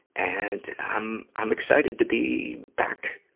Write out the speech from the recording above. and i'm, i'm excited to be back,